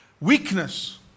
weakness